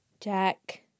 Jack